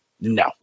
No